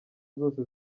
zose